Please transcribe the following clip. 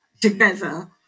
together